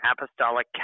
apostolic